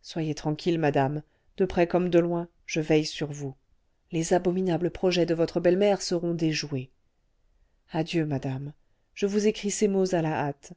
soyez tranquille madame de près comme de loin je veille sur vous les abominables projets de votre belle-mère seront déjoués adieu madame je vous écris ces mots à la hâte